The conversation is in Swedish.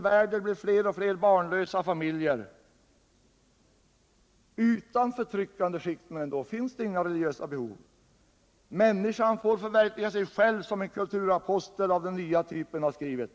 värld där det blir fler och fler barnlösa familjer, utan förtryckande skikt — finns det kanske inga religiösa behov? ”Människan får förverkliga sig själv”, som en kulturapostel av den n nya typen har skrivit.